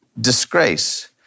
disgrace